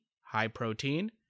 high-protein